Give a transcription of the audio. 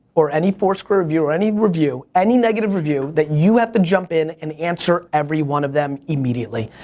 or any foursquare review, or any review, any negative review that you have to jump in and answer every one of them immediately.